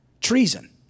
Treason